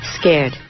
scared